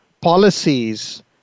policies